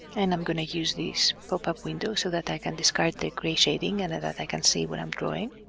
and i'm going to use this pop-up window so that i can discard the gray shading and that i can see what i'm drawing.